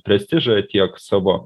prestižą tiek savo